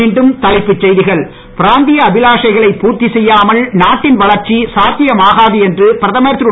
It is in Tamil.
மீண்டும் தலைப்புச் செய்திகள் பிராந்திய அபிலாஷைகளை பூர்த்தி செய்யாமல் நாட்டின் வளர்ச்சி சாத்தியமாகாது என்று பிரதமர் திரு